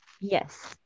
Yes